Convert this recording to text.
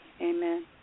Amen